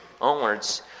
onwards